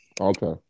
Okay